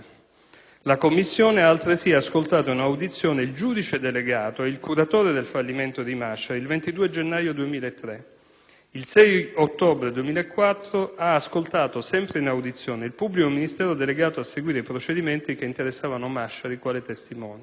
La commissione ha, altresì, ascoltato in audizione il giudice delegato e il curatore del fallimento di Masciari il 22 gennaio 2003. Il 6 ottobre 2004 ha ascoltato, sempre in audizione, il pubblico ministero delegato a seguire i procedimenti che interessavano Masciari quale testimone.